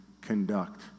conduct